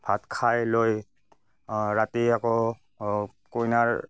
ভাত খাই লৈ ৰাতি আকৌ কইনাৰ